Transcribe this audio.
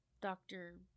doctor